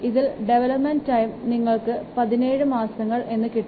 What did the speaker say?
ഇതിൽ development time നിങ്ങൾക്ക് 17 മാസങ്ങൾ എന്ന് കിട്ടും